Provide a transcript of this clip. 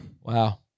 Wow